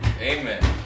Amen